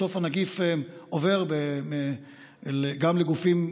בסוף הנגיף עובר גם לגופים,